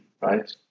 right